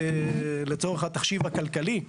לצורך התחשיב הכלכלי,